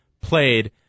played